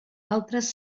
altres